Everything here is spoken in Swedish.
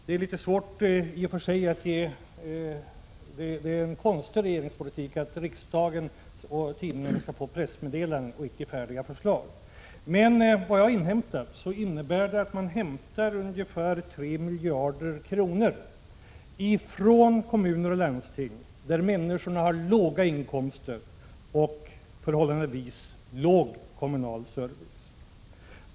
Det är i och för sig en konstig regeringspolitik att riksdagen och olika tidningar skall få pressmeddelanden och icke färdiga förslag, men efter vad jag har inhämtat innebär förslaget att man drar in ungegär 3 miljarder kronor från kommuner och landsting där invånarna har låga inkomster och förhållandevis låg kommunal service.